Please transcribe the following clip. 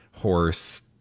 horse